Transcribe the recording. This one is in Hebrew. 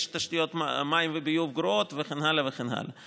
תשתיות מים וביוב גרועות וכן הלאה וכן הלאה.